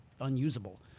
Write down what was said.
unusable